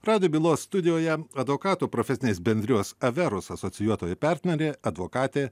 rado bylos studijoje advokatų profesinės bendrijos averus asocijuotoji partnerė advokatė